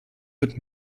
wird